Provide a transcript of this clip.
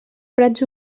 prats